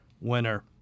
winner